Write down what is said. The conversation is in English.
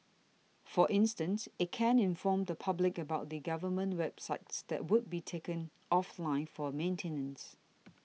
for instance it can inform the public about the government websites that would be taken offline for maintenance